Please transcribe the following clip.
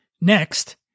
Next